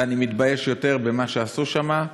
אני מתבייש יותר במה שעשו שם.